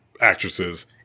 actresses